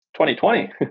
2020